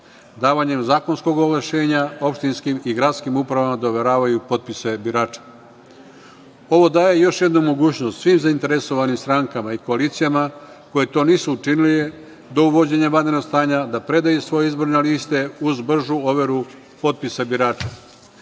davanjem zakonskog ovlašćenja opštinskih i gradskim upravama da overavaju potpise birača. Ovo daje još jednu mogućnost svim zainteresovanim strankama i koalicijama koje to nisu učinile do uvođenja vanrednog stanja da predaju svoje izborne liste uz bržu overu potpisa birača.